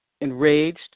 enraged